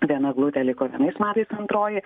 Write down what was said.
viena eglutė liko vienais metais antroji